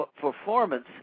performance